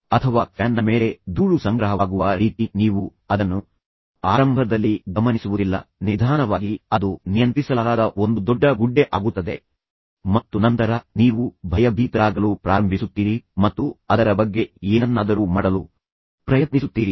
ಅಥವಾ ಫ್ಯಾನ್ನ ಮೇಲೆ ಧೂಳು ಸಂಗ್ರಹವಾಗುವ ರೀತಿ ನೀವು ಅದನ್ನು ಆರಂಭದಲ್ಲಿ ಗಮನಿಸುವುದಿಲ್ಲ ನಿಧಾನವಾಗಿ ಅದು ನಿಯಂತ್ರಿಸಲಾಗದ ಒಂದು ದೊಡ್ಡ ಗುಡ್ಡೆ ಆಗುತ್ತದೆ ಮತ್ತು ನಂತರ ನೀವು ಭಯಭೀತರಾಗಲು ಪ್ರಾರಂಭಿಸುತ್ತೀರಿ ಮತ್ತು ಅದರ ಬಗ್ಗೆ ಏನನ್ನಾದರೂ ಮಾಡಲು ಪ್ರಯತ್ನಿಸುತ್ತೀರಿ